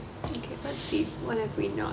okay let's see what have we not